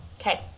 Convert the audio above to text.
Okay